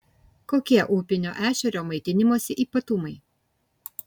kokie upinio ešerio maitinimosi ypatumai